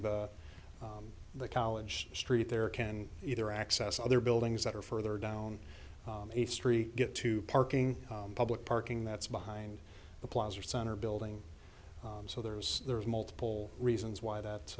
the college street there can either access other buildings that are further down the street get to parking public parking that's behind the plaza or center building so there's there's multiple reasons why that